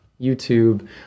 YouTube